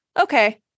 okay